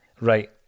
Right